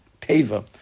Teva